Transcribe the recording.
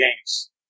games